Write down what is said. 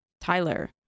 Tyler